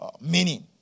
meaning